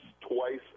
twice